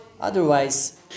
Otherwise